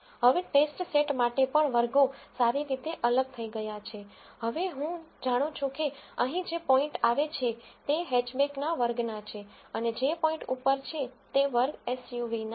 હવે test set માટે પણ વર્ગો સારી રીતે અલગ થઈ ગયા છે હવે હું જાણું છું કે અહીં જે પોઇન્ટ આવે છે તે હેચબેકના વર્ગના છે અને જે પોઇન્ટ ઉપર છે તે વર્ગ એસયુવીના છે